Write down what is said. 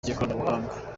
ry’ikoranabuhanga